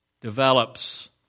develops